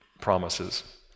promises